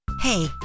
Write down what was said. Hey